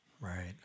Right